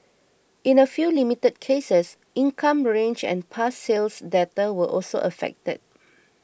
in a few limited cases income range and past sales data were also affected